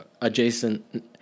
adjacent –